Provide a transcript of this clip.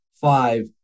five